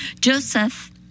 joseph